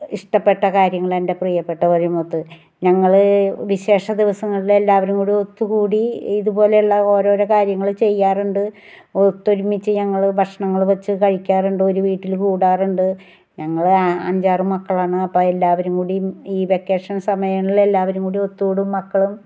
ഇഷ്ടപ്പെട്ട കാര്യങ്ങൾ എൻ്റെ പ്രിയപ്പെട്ടവരുമൊത്ത് ഞങ്ങൾ വിശേഷ ദിവസങ്ങളിൽ എല്ലാവരും കൂടി ഒത്തുകൂടി ഇത് പോലെയുള്ള ഓരോരോ കാര്യങ്ങൾ ചെയ്യാറുണ്ട് ഒത്തൊരുമിച്ച് ഞങ്ങൾ ഭക്ഷണങ്ങൾ വച്ച് കഴിക്കാറുണ്ട് ഒരു വീട്ടിൽ കൂടാറുണ്ട് ഞങ്ങൾ അഞ്ചാറ് മക്കളാണ് അപ്പോഴെല്ലാവരും കൂടി ഈ വെക്കേഷൻ സമയങ്ങളിൽ എല്ലാവരും കൂടി ഒത്ത് കൂടും മക്കളും